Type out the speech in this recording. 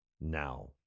now